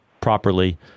properly